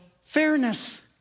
fairness